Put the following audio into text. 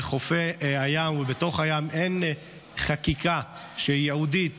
בחופי הים ובתוך הים אין חקיקה ייעודית